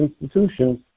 institutions